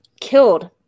killed